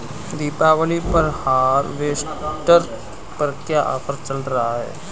दीपावली पर हार्वेस्टर पर क्या ऑफर चल रहा है?